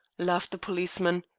laughed the policeman.